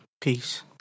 Peace